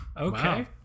Okay